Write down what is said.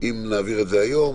אם נעביר את זה היום,